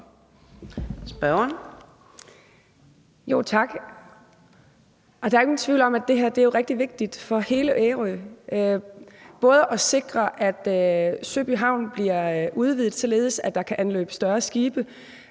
Tak. Der er ikke nogen tvivl om, at det her er rigtig vigtigt for hele Ærø – både at sikre, at Søby Havn bliver udvidet, således at der kan anløbe større skibe,